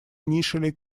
initially